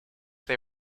they